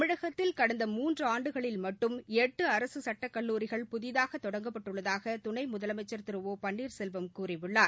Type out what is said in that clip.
தமிழகத்தில் கடந்த மூன்று ஆண்டுகளில் மட்டும் எட்டு அரசு சட்டக்கல்லூரிகள் புதிதாக தொடங்கப்பட்டுள்ளதாக துணை முதலமைச்சர் திரு ஒ பன்னீர்செல்வம் கூறியுள்ளார்